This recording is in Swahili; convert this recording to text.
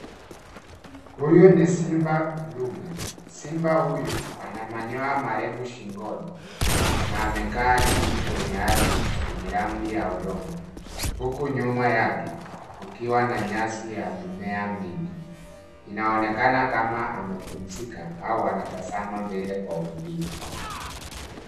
Huyu ni simba dume. Simba huyu ana manyoya marefu shingoni na amekaa chini kwenye ardhi yenye rangi ya udongo huku nyuma yake kukiwa na nyasi ya mimea mingi. Inaonekana kama amepumzika au anatazama mbele kwa utulivu.